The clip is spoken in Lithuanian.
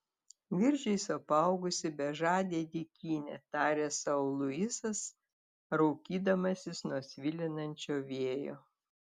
viržiais apaugusi bežadė dykynė tarė sau luisas raukydamasis nuo svilinančio vėjo